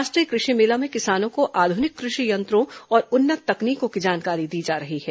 राष्ट्रीय कृषि मेला में किसानों को आधुनिक कृषि यंत्रों और उन्नत तकनीकों की जानकारी दी जा रही है